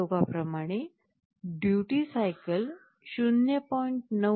मागील प्रयोगाप्रमाणे duty cycle 0